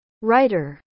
writer